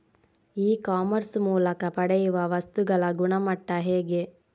E commerce ಮೂಲಕ ಪಡೆಯುವ ವಸ್ತುಗಳ ಗುಣಮಟ್ಟ ಹೇಗೆ?